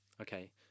Okay